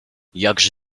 jakże